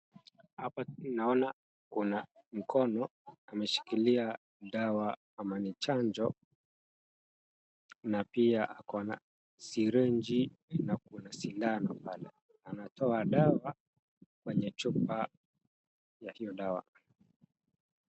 Hapa naona kuna mkono ameshikilia dawa ama ni chanjo. Na pia ako na syringi na kuna sindano pale. Anatoa dawa kwenye chupa ya hiyo dawa.